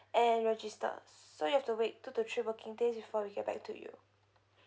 and register so you have to wait two to three working days before we get back to you